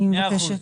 מאה אחוז.